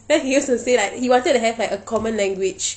then he used to say like he wanted to have like a common language